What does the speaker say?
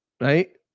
Right